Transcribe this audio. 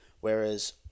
Whereas